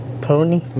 Pony